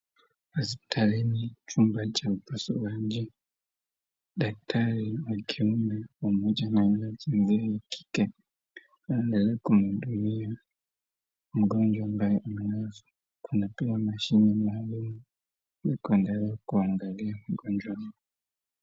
Hospitalini ni chumba cha upasuaji. Daktari wa kiume pamoja na nesi naye wa kike wanamhudumia mgonjwa ambaye amelazwa kwenye pia ameshikwa na mashine maalum ili kuendelea kuangalia mgonjwa huo.